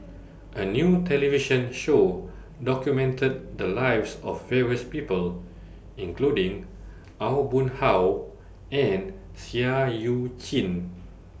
A New television Show documented The Lives of various People including Aw Boon Haw and Seah EU Chin